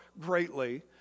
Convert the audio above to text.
greatly